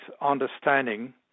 understanding